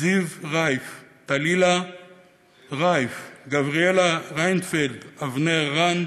זיו רייף, טלילה רייף, גבריאל ריפולד, אבנר רנד,